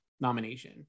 nomination